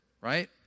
right